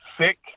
sick